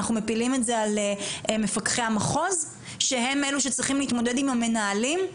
אנחנו מפילים את זה על מפקחי המחוז שהם אלה שצריכים להתמודד עם המנהלים.